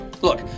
Look